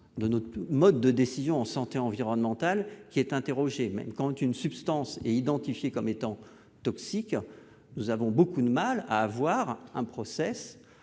de notre tous mode de décision en santé environnementale qui est interrogé, même quand une substance est identifié comme étant toxiques, nous avons beaucoup de mal à avoir un process